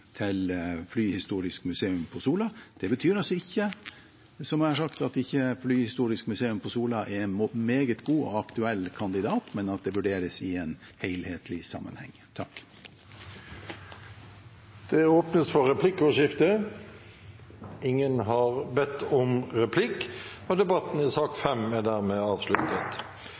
til Flyhistorisk Museum Sola. Det betyr altså ikke, som jeg har sagt, at ikke Flyhistorisk Museum Sola er en meget god og aktuell kandidat, men at det skal vurderes i en helhetlig sammenheng. Flere har ikke bedt om ordet til sak nr. 5. Etter ønske fra næringskomiteen vil presidenten ordne debatten